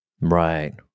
Right